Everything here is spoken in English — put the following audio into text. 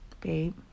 Babe